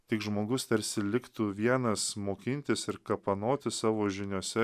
tik žmogus tarsi liktų vienas mokintis ir kapanotis savo žiniose